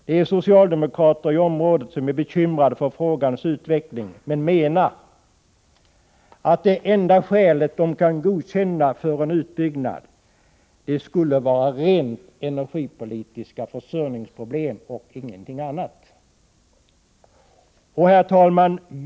Det är socialdemokrater i området som är bekymrade för frågans utveckling men menar att det enda skälet de kan godkänna för en utbyggnad skulle vara rent energipolitiska försörjningsproblem och ingenting annat. Herr talman!